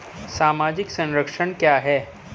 सामाजिक संरक्षण क्या है?